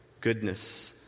goodness